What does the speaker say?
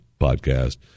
podcast